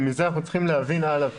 ומזה אנחנו צריכים להבין הלאה.